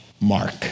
Mark